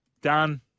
Done